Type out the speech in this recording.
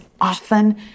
often